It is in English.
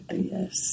Yes